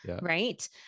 right